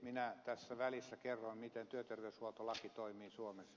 minä tässä välissä kerroin miten työterveyshuoltolaki toimii suomessa